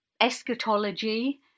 eschatology